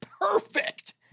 perfect